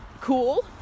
cool